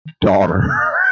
daughter